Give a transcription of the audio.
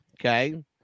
okay